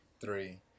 Three